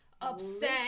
upset